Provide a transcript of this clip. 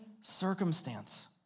circumstance